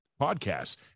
podcasts